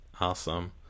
Awesome